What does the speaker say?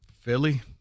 Philly